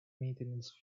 maintenance